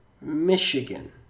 Michigan